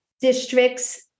districts